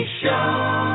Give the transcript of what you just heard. show